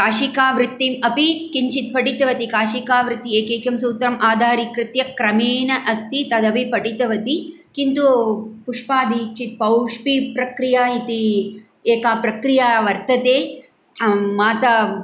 काशिकावृत्तिम् अपि किञ्चित् पठितवती काशिकावृत्तेः एकैकं सूत्रम् आधारीकृत्य क्रमेन अस्ति तदपि पठितवती किन्तु पुष्पादिक्चित् पौष्पीप्रक्रिया इति एका प्रक्रिया वर्तते माता